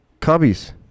Cubbies